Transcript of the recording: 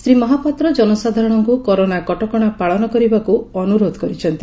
ଶ୍ରୀ ମହାପାତ୍ର ଜନସାଧାରଶଙ୍କୁ କରୋନା କଟକଣା ପାଳନ କରିବାକୁ ଅନୁରୋଧ କରିଛନ୍ତି